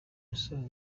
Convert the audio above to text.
gusoza